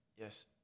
yes